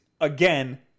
again